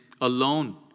alone